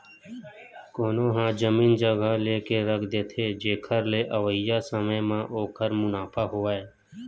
कोनो ह जमीन जघा लेके रख देथे, जेखर ले अवइया समे म ओखर मुनाफा होवय